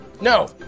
No